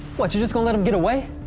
what? you're just gonna let them get away?